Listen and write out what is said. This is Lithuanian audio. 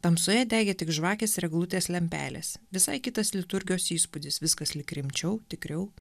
tamsoje degė tik žvakės ir eglutės lempelės visai kitas liturgijos įspūdis viskas lyg rimčiau tikriau